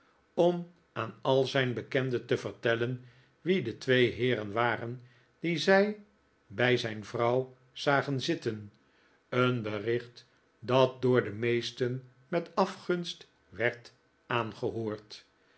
doorzwierf om'aan al zijn bekenden te vertellen wie de twee heeren waren die zij bij zijn vrouw zagen zitten een bericht dat door de meesten met afgunst werd aangehoord